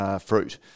fruit